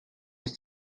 ist